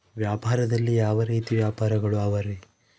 ವ್ಯಾಪಾರದಲ್ಲಿ ಯಾವ ರೇತಿ ವ್ಯಾಪಾರಗಳು ಅವರಿ?